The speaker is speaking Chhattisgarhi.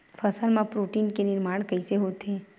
फसल मा प्रोटीन के निर्माण कइसे होथे?